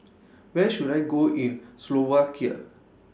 Where should I Go in Slovakia